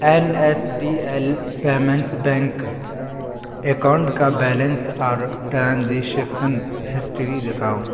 N S D L payments bank account کا balance اور transactions history دکھاؤ